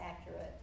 accurate